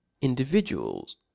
individuals